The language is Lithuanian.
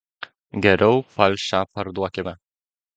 geriau palšę parduokime